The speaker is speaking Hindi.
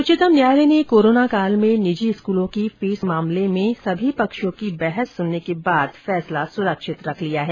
उच्चतम न्यायालय ने कोरोना काल में निजी स्कूलों की फीस मामले में सभी पक्षों की बहस सुनने के बाद फैसला सुरक्षित रख लिया है